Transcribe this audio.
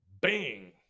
Bang